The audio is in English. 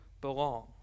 belong